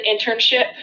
internship